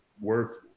work